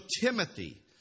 Timothy